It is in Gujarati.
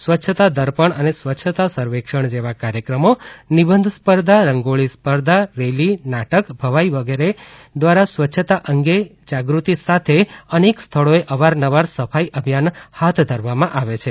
સ્વચ્છતા દર્પણ અને સ્વચ્છતા સર્વેક્ષણ જેવા કાર્યક્રમો નિબંધ સ્પર્ધા રંગોળી સ્પર્ધા રેલી નાટક ભવાઇ વગેરે દ્વારા સ્વચ્છતા અંગેની જાગૃતિ સાથે અનેક સ્થળોએ અવારનવાર સફાઇ અભિયાન હાથ ધરવામાં આવે છે